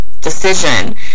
decision